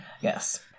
yes